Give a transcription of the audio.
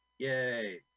Yay